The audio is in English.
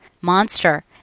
Monster